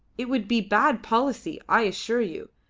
it would be bad policy, i assure you.